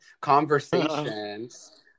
conversations